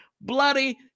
bloody